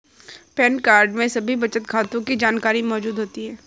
pan card में सभी बचत खातों की जानकारी मौजूद होती है